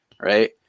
right